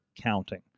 Counting